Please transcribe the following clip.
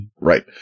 right